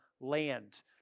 land